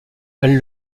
elle